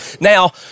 now